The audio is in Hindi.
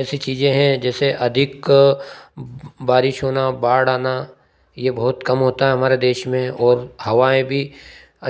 ऐसी चीज़ें हैं जैसे अधिक बारिश होना बाढ़ आना ये बहुत कम होता है हमारे देश में और हवाएँ भी